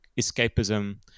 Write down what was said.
escapism